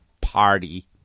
Party